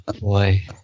boy